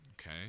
okay